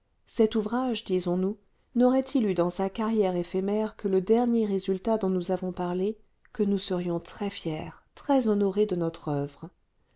cet ouvrage disons-nous n'aurait-il eu dans sa carrière éphémère que le dernier résultat dont nous avons parlé que nous serions très fier très honoré de notre oeuvre